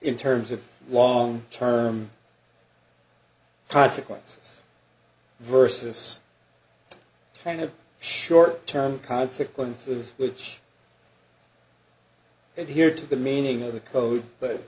in terms of long term consequences versus kind of short term consequences which it here to the meaning of the code but